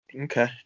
Okay